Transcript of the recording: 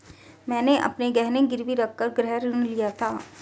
मैंने अपने गहने गिरवी रखकर गृह ऋण लिया था